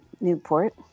Newport